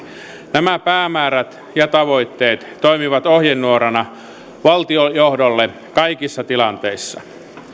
nämä päämäärät ja tavoitteet toimivat ohjenuorana valtionjohdolle kaikissa tilanteissa